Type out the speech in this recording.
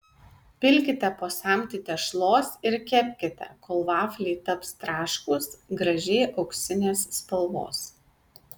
pilkite po samtį tešlos ir kepkite kol vafliai taps traškūs gražiai auksinės spalvos